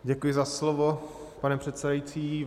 Děkuji za slovo, pane předsedající.